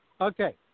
Okay